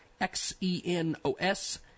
X-E-N-O-S-